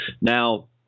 now